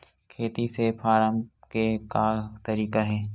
खेती से फारम के का तरीका हे?